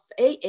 aa